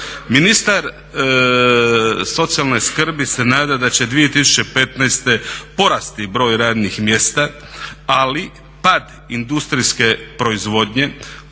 Ministar socijalne skrbi se nada da će 2015. porasti broj radnih mjesta, ali pad industrijske proizvodnje